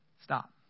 stop